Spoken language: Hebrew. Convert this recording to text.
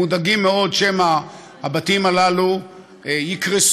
הם מודאגים מאוד שמא הבתים הללו יקרסו,